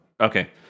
Okay